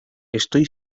estoy